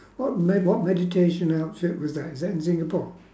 what med~ what meditation outfit was that was that in singapore